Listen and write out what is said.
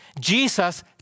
Jesus